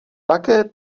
také